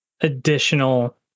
additional